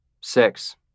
six